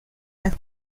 las